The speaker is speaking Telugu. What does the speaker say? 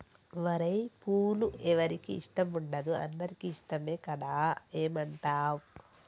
ఓరై పూలు ఎవరికి ఇష్టం ఉండదు అందరికీ ఇష్టమే కదా ఏమంటావ్